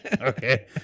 Okay